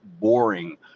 boring